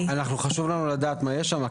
חשוב לנו לדעת מה יש שם.